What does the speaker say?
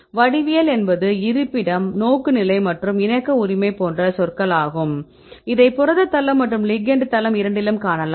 வடிவியல் என்பது இருப்பிடம் நோக்குநிலை மற்றும் இணக்க உரிமை போன்ற சொற்கள் ஆகும் இதை புரத தளம் மற்றும் லிகெெண்ட் தளம் இரண்டிலும் காணலாம்